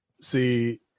See